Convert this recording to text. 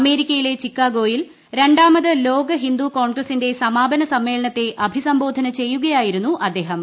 അമേരിക്കയിലെ ചിക്കാഗോയിൽ രണ്ടാമത് ലോക ഹിന്ദു കോൺഗ്രസിന്റെ സമാപന സമ്മേളനത്തെ അഭിസംബോധന ചെയ്യുകയായിരുന്നു അദ്ദേഹം